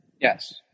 yes